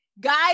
Guys